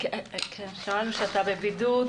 שמענו שאתה בבידוד.